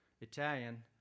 Italian